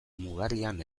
mugarrian